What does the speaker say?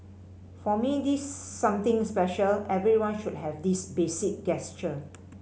for me this something special everyone should have this basic gesture